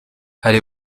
hari